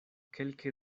kelke